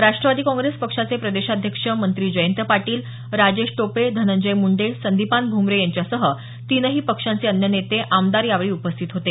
राष्ट्रवादी काँग्रेस पक्षाचे प्रदेशाध्यक्ष मंत्री जयंत पाटील राजेश टोपे धनंजय मुंडे संदीपान भुमरे यांच्यासह तिनही पक्षांचे अन्य नेते आमदार यावेळी उपस्थित होते